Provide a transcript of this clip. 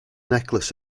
necklace